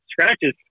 scratches